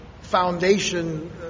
foundation